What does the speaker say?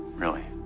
really.